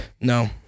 No